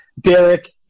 Derek